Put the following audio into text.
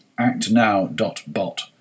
actnow.bot